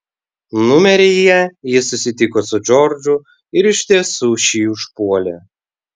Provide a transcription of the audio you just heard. numeryje jis susitiko su džordžu ir iš tiesų šį užpuolė